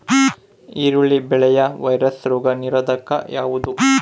ಈರುಳ್ಳಿ ಬೆಳೆಯ ವೈರಸ್ ರೋಗ ನಿರೋಧಕ ಯಾವುದು?